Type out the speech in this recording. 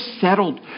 settled